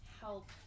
help